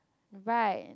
right